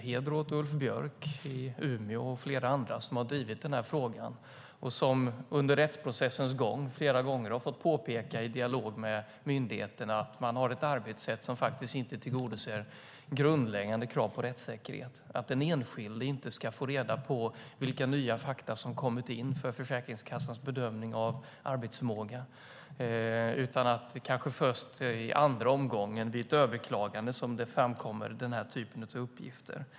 Heder åt Ulf Björk i Umeå och flera andra och som under rättsprocessens gång flera gånger har fått påpeka i dialog med myndigheterna att man där har ett arbetssätt som inte tillgodoser grundläggande krav på rättssäkerhet. Den enskilde får inte reda på vilka nya fakta som kommit in för Försäkringskassans bedömning av arbetsförmåga, utan det är kanske först vid ett överklagande som den typen av uppgifter framkommer.